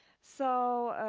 so,